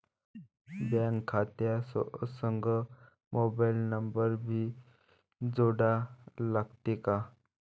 Bank खात्या संग mobile number भी जोडा लागते काय?